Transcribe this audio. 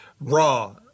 raw